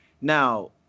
Now